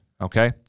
okay